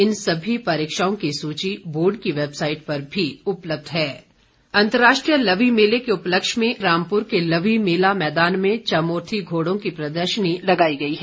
इन सभी परीक्षाओं की सूची बोर्ड की वैबसाईट पर भी उपलब्ध हैं लवी अंतर्राष्ट्रीय लवी मेले के उपलक्ष्य में रामपुर के लवी मेला मैदान में चमुर्थी घोड़ों की प्रदर्शनियां आरम्भ हो गई हैं